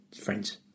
friends